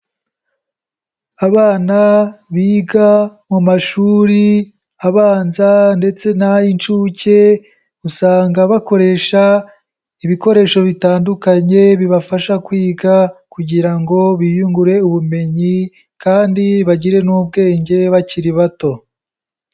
Abana biga mu mashuri abanza ndetse n'ay'inshuke usanga bakoresha ibikoresho bitandukanye bibafasha kwiga kugira ngo biyungure ubumenyi kandi bagire n'ubwenge bakiri bato.